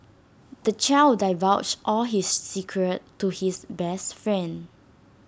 the child divulged all his secrets to his best friend